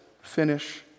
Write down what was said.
finish